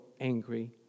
angry